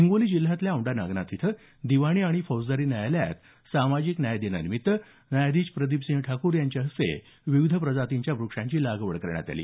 हिंगोली जिल्ह्यातल्या औंढा नागनाथ इथं दिवाणी आणि फौजदारी न्यायालयात सामाजिक न्याय दिनानिमित्त न्यायाधीश प्रदीपसिंह ठाकूर यांच्या हस्ते विविध प्रजातीच्या वृक्षांची लागवड करण्यात आली